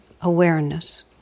awareness